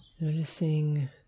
Noticing